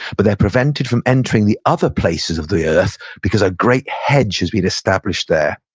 but they're prevented from entering the other places of the earth because a great hedge has been established there,